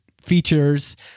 features